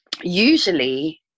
usually